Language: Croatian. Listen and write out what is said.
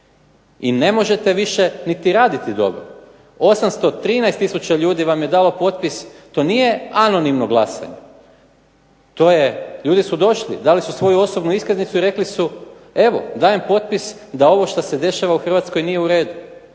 i ne možete više niti raditi dobro. 813 tisuća ljudi vam je dalo potpis, to nije anonimno glasanje. Ljudi su došli, dali su svoju osobnu iskaznicu i rekli su evo dajem potpis da ovo što se dešava u Hrvatskoj nije u redu.